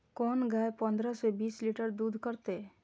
कोन गाय पंद्रह से बीस लीटर दूध करते?